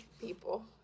people